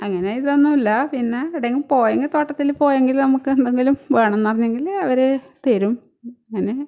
അങ്ങനെ ഇതൊന്നുല്ല പിന്നെ എവിടെയെങ്കിലും പോയെങ്കിൽ തോട്ടത്തിൽ പോയെങ്കിൽ നമുക്ക് എന്തെങ്കിലും വേണമെന്ന് പറഞ്ഞെങ്കിൽ അവർ തരും അങ്ങനെ